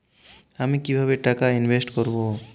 আমি কিভাবে টাকা ইনভেস্ট করব?